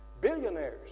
Billionaires